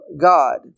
God